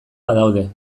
badaude